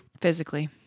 physically